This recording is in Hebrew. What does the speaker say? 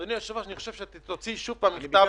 אדוני היושב-ראש, תוציא שוב פעם מכתב.